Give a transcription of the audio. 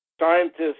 scientists